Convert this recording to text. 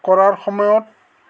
কৰাৰ সময়ত